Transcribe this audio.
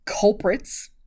culprits